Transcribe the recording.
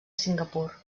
singapur